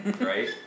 right